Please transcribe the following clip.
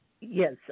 Yes